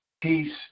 peace